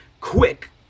quick